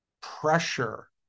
pressure